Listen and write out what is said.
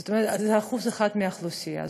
זאת אומרת 1% מהאוכלוסייה.